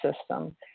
system